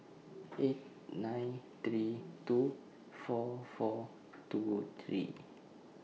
eight nine three two four four two three